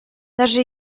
даже